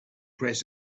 press